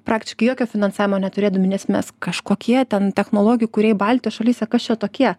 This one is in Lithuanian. praktiškai jokio finansavimo neturėdami nes mes kažkokie ten technologijų kūrėjai baltijos šalyse kas čia tokie